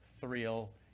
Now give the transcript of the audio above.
thrill